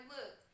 Look